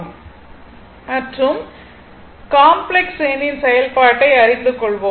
மற்றும் கணிதம் காம்ப்ளக்ஸ் எண்ணின் செயல்பாட்டை அறிந்து கொள்வோம்